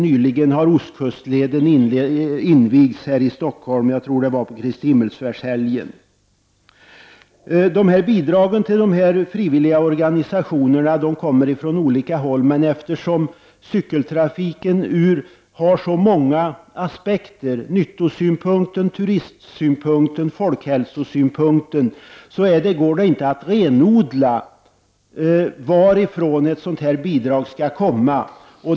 Nyligen har Ostkustleden invigts här i Stockholm — jag tror att det var vid Kristi Himmelsfärdshelgen. Bidragen till dessa frivilliga organisationer kommer från olika håll, men eftersom cykeltrafiken har så många aspekter — nyttosynpunkten, turistsynpunkten, folkhälsosynpunkten — går det inte att renodla varifrån bidrag skall komma.